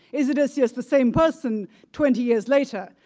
is odysseus the same person twenty years later?